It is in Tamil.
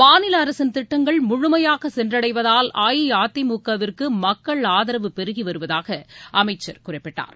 மாநில அரசின் திட்டங்கள் முழுமையாக சென்றடைவதால் அஇஅதிமுகவிற்கு மக்கள் ஆதரவு பெருகி வருவதாக அமைச்சர் குறிப்பிட்டார்